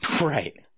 right